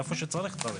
איפה שצריך, צריך.